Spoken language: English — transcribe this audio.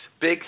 Big